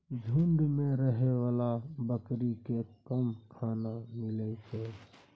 झूंड मे रहै बला बकरी केँ कम खाना मिलइ छै